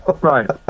Right